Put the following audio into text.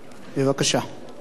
אדוני היושב-ראש,